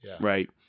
right